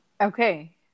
Okay